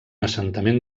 assentament